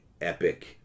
epic